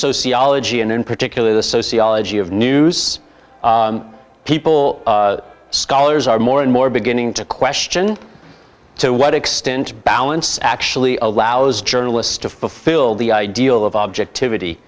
sociology and in particular the sociology of news people scholars are more and more beginning to question to what extent balance actually allows journalists to fulfill the ideal of objectivity